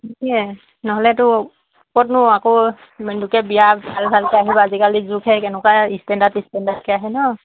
সেয়াই নহ'লেতো ক'তনো আকৌ বিয়া ভাল ভালকৈ আহিব আজিকালি যুগহে কেনেকুৱা ষ্টেণ্ডাৰ্ড ষ্টেণ্ডাৰ্ডকৈ আহে ন